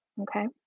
Okay